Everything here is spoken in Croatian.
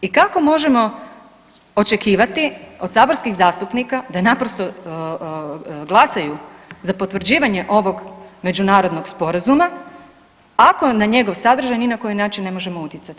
I kako možemo očekivati od saborskih zastupnika da naprosto glasaju za potvrđivanje ovog međunarodnog sporazuma ako na njegov sadržaj ni na koji način ne možemo utjecati?